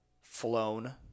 flown